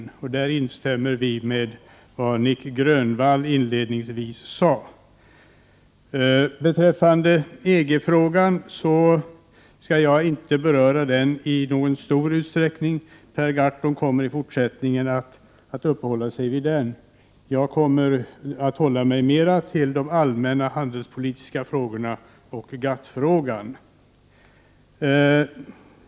I detta avseende instämmer vi i vad Nic Grönvall inledningsvis sade. Jag skall inte beröra EG-frågan i stort — Per Gahrton kommer senare i debatten att uppehålla sig vid den. Jag kommer mera att hålla mig till de allmänna handelspolitiska frågorna och GATT-frågan.